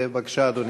בבקשה, אדוני.